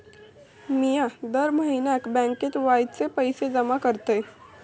मिया दर म्हयन्याक बँकेत वायच पैशे जमा करतय